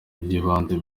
by’ibanze